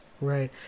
right